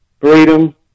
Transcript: freedom